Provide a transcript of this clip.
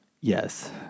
Yes